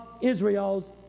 Israel's